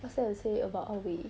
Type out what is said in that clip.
except to say about ah wei